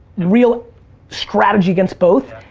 real strategy against both,